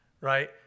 right